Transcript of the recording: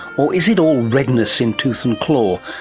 or is it all redness in tooth and claw,